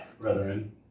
brethren